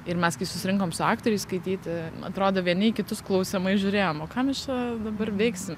ir mes susirinkom su aktoriais skaityti atrodė vieni į kitus klausiamai žiūrėjom o ką mes čia dabar veiksim